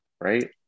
right